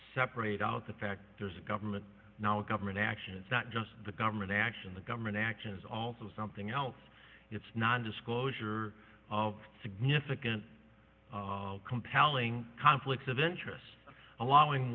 separate out the fact there's a government now government action it's not just the government action the government action is also something else it's non disclosure of significant compelling conflicts of interest allowing